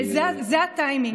זה הטיימינג.